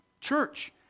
Church